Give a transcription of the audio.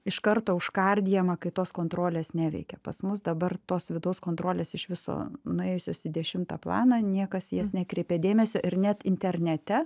iš karto uškardijama kai tos kontrolės neveikia pas mus dabar tos vidaus kontrolės iš viso nuėjusios į dešimtą planą niekas į jas nekreipia dėmesio ir net internete